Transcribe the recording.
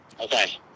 Okay